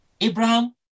Abraham